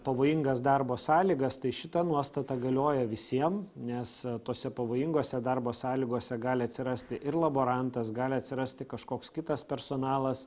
pavojingas darbo sąlygas tai šita nuostata galioja visiem nes tose pavojingose darbo sąlygose gali atsirasti ir laborantas gali atsirasti kažkoks kitas personalas